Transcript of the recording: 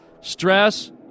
stress